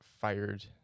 fired